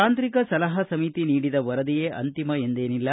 ತಾಂತ್ರಿಕ ಸಲಹಾ ಸಮಿತಿ ನೀಡಿದ ವರದಿಯೇ ಅಂತಿಮ ಎಂದೇನಿಲ್ಲ